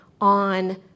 on